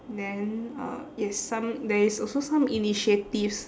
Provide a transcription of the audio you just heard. then uh is some~ there is also some initiatives